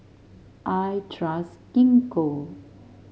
I trust Gingko